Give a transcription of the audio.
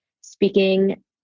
speaking